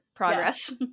progress